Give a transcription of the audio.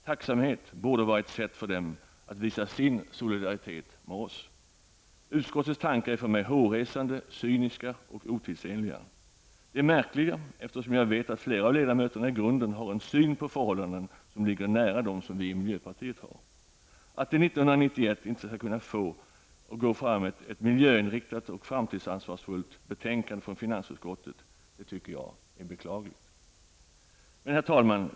Tacksamhet borde vara ett sätt för dem att visa sin solidaritet med oss. Utskottets tankar är för mig hårresande, cyniska och otidsenliga. Eftersom jag vet att flera av ledamöterna i grunden har en syn på förhållandena som ligger nära den syn som vi i miljöpartiet har, är det märkligt att det 1991 inte skall kunna gå att få ett miljöinriktat och ansvarsfullt betänkande från finansutskottet. Jag tycker att det är beklagligt. Herr talman!